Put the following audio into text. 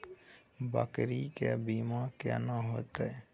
बकरी के बीमा केना होइते?